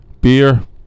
Beer